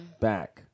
Back